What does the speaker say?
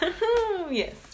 yes